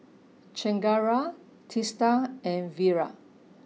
Chengara Teesta and Virat